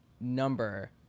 number